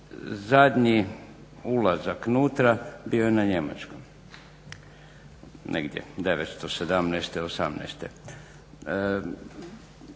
Zadnji ulazak nutra bio je na njemačkom, negdje 917., 918.